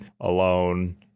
alone